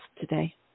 today